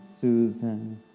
Susan